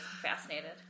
Fascinated